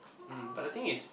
um but the thing is